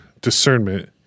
discernment